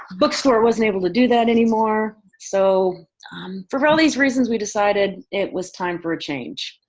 bookstore wasn't able to do that anymore. so for all these reasons, we decided it was time for a change.